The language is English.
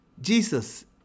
Jesus